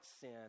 sin